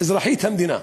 אזרחית המדינה,